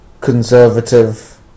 conservative